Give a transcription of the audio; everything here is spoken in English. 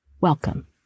Welcome